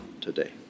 today